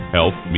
Health